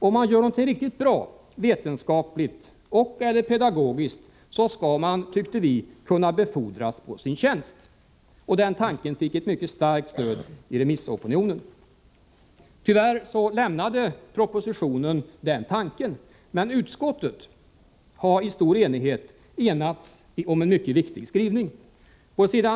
Om man gör någonting riktigt 'bra vetenskapligt och/eller pedagogiskt skall man, tyckte vi, kunna befordras på sin tjänst. Den tanken fick ett mycket starkt stöd i remissopinionen. Tyvärr lämnade propositionen den tanken, men utskottet har enats om en mycket viktig skrivning. På s.